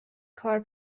کار